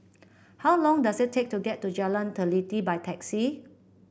how long does it take to get to Jalan Teliti by taxi